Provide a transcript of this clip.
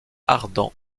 ardents